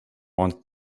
wanted